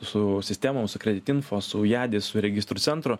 su sistemom su kredit info su jadis su registrų centru